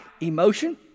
emotion